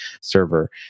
server